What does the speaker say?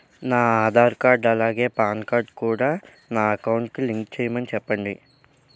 నా ఆధార్ కార్డ్ అలాగే PAN card కూడా నా అకౌంట్ కి లింక్ చేయమని చెప్పండి